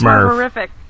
horrific